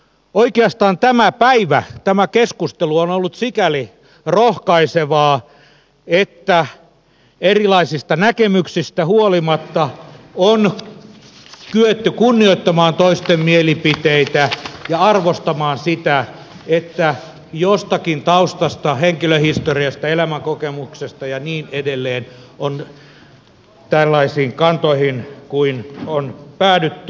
oikeastaan tämä päivä tämä keskustelu on ollut sikäli rohkaisevaa että erilaisista näkemyksistä huolimatta on kyetty kunnioittamaan toisten mielipiteitä ja arvostamaan sitä että jostakin taustasta henkilöhistoriasta elämänkokemuksesta ja niin edelleen on päädytty tällaisiin kantoihin kuin on päädytty